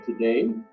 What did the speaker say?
today